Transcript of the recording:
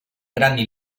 grandi